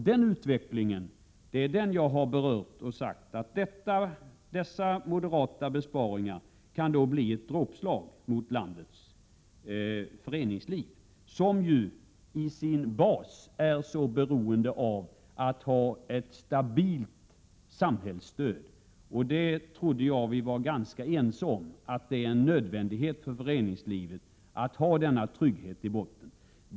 Den utvecklingen har jag berört och jag har sagt att dessa moderata besparingar kan bli ett dråpslag mot landets föreningsliv, som ju när det gäller dess bas är så beroende av att ha ett stabilt samhällsstöd. Jag trodde att vi var ganska ense om att det är en nödvändighet för föreningslivet att ha denna trygghet i botten.